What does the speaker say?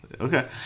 Okay